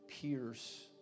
pierce